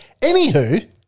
Anywho